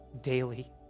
daily